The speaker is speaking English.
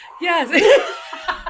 Yes